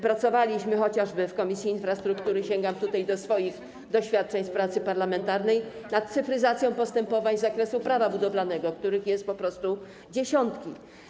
Pracowaliśmy chociażby w Komisji Infrastruktury - sięgam do swoich doświadczeń z pracy parlamentarnej - nad cyfryzacją postępowań z zakresu prawa budowlanego, których są po prostu dziesiątki.